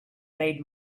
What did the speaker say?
made